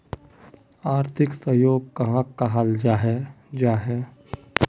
आर्थिक सहयोग कहाक कहाल जाहा जाहा?